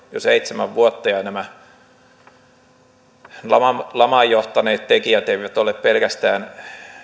seitsemän vuotta ja ja nämä lamaan johtaneet tekijät eivät ole pelkästään